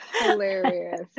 hilarious